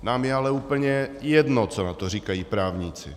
Nám je ale úplně jedno, co na to říkají právníci.